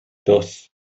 dos